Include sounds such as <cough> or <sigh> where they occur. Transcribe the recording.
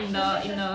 <laughs>